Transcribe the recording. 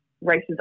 races